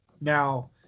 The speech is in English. Now